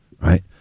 right